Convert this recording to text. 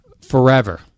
Forever